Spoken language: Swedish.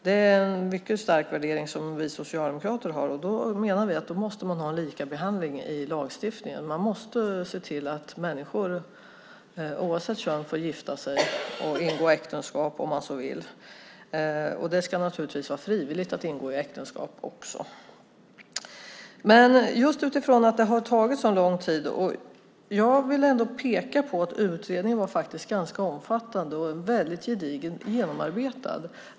Det är en mycket stark värdering som vi socialdemokrater har, och därför menar vi att man måste ha en likabehandling i lagstiftningen. Man måste se till att människor oavsett kön får gifta sig och ingå äktenskap om de så vill. Det ska naturligtvis också vara frivilligt att ingå äktenskap. Detta har tagit lång tid. Jag vill peka på att utredningen var ganska omfattande, gedigen och genomarbetad.